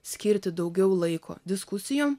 skirti daugiau laiko diskusijom